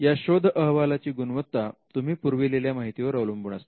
या शोध अहवालाची गुणवत्ता तुम्ही पुरविलेल्या माहितीवर अवलंबून असते